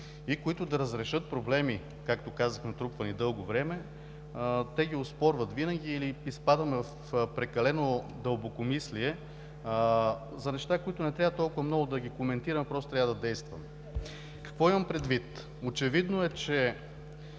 и които да разрешат проблеми, както казах, натрупвани дълго време, те ги оспорват винаги или изпадаме в прекалено дълбокомислие за неща, които не трябва толкова много да ги коментираме, просто трябва да действаме. Какво имам предвид? Очевидно е, че